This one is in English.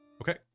Okay